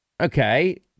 Okay